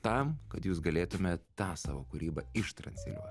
tam kad jūs galėtum tą savo kūrybą ištransliuot